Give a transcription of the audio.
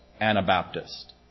Anabaptist